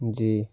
जी